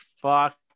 fuck